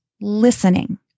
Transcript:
listening